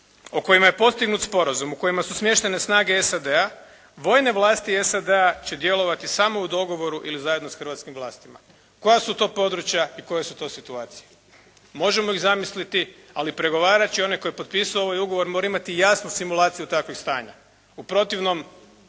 o kojima je postignut sporazum, u kojima su smještene snage SAD-a vojne vlasti SAD-a će djelovati samo u dogovoru ili zajedno s hrvatskim vlastima. Koja su to područja i koje su to situacije? Možemo ih zamisliti ali pregovarač i onaj tko je potpisao ovaj ugovor morao imati jasnu simulaciju takvih stanja. U protivnom